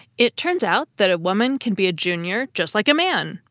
it turns out that a woman can be a jr. just like a man,